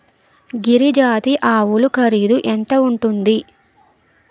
గిరి జాతి ఆవులు ఖరీదు ఎంత ఉంటుంది?